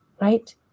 right